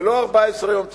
ולא 14 יום,